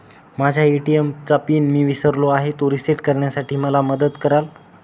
माझ्या ए.टी.एम चा पिन मी विसरलो आहे, तो रिसेट करण्यासाठी मला मदत कराल?